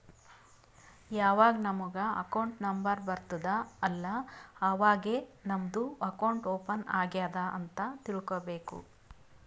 ಯಾವಾಗ್ ನಮುಗ್ account number ಬರ್ತುದ್ ಅಲ್ಲಾ ಅವಾಗೇ ನಮ್ದು ಅಕೌಂಟ್ ಓಪನ್ ಆಗ್ಯಾದ್ ಅಂತ್ ತಿಳ್ಕೋಬೇಕು